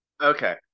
okay